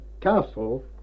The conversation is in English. Castle